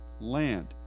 land